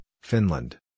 Finland